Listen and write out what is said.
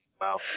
Wow